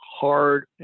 hard